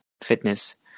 fitness